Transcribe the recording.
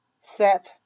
Set